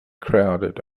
crowded